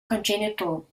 congenital